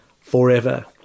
forever